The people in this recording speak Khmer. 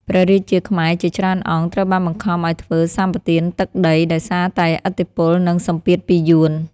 ព្រះរាជាខ្មែរជាច្រើនអង្គត្រូវបានបង្ខំឱ្យធ្វើសម្បទានទឹកដី ដោយសារតែឥទ្ធិពល និងសម្ពាធពីយួន។